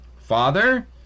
Father